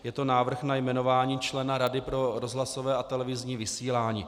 Je to návrh na jmenování člena Rady pro rozhlasové a televizní vysílání.